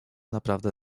naprawdę